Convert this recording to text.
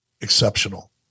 exceptional